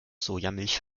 sojamilch